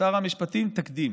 שר המשפטים, תקדים.